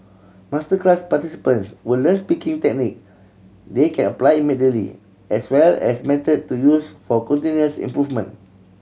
masterclass participants will learn speaking technique they can apply immediately as well as method to use for continuous improvement